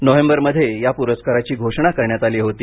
नोव्हेंबरमध्ये या पुरस्काराची घोषणा करण्यात आली होती